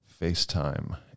FaceTime